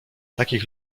takich